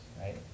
right